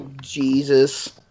Jesus